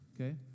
okay